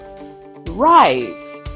Rise